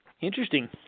Interesting